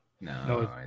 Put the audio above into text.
No